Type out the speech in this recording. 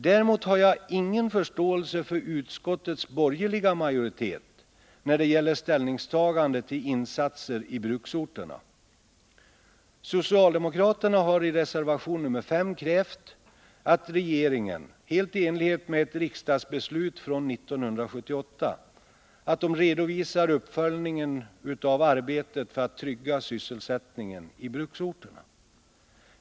Däremot har jag ingen förståelse för utskottets borgerliga majoritet när det gäller ställningstagandet till insatser i bruksorterna. Socialdemokraterna har i reservation 5 krävt att regeringen, helt i enlighet med ett riksdagsbeslut från 1978, redovisar uppföljningen av arbetet för att trygga sysselsättningen i bruksorterna.